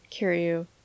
Kiryu